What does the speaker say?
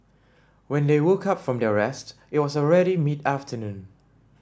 when they woke up from their rest it was already mid afternoon